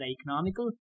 economical